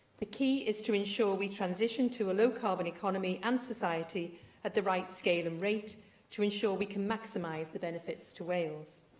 the key is to ensure we transition to a low-carbon economy and society at the right scale and rate to ensure we can maximise the benefits to wales.